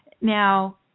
Now